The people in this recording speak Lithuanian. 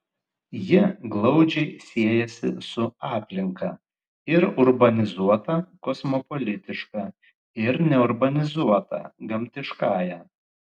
ji glaudžiai siejasi su aplinka ir urbanizuota kosmopolitiška ir neurbanizuota gamtiškąja